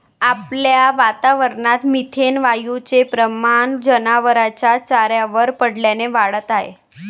आपल्या वातावरणात मिथेन वायूचे प्रमाण जनावरांच्या चाऱ्यावर पडल्याने वाढत आहे